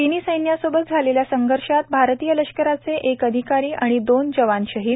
चिनी सैन्यासोबत झालेल्या संघर्षात भारतीय लष्कराचे एक अधिकारी आणि दोन जवान शाहिद